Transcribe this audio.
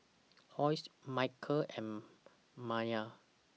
Hosie Micheal and Maia